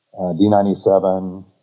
D97